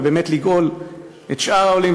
ובאמת לגאול את שאר העולים,